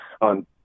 on